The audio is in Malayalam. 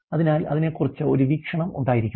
അതിനാൽ അതിനെക്കുറിച്ച് ഒരു വീക്ഷണം ഉണ്ടായിരിക്കണം